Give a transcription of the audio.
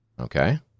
Okay